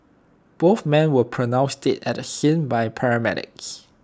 both men were pronounced dead at the scene by paramedics